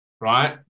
right